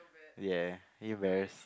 ya you best